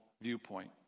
viewpoint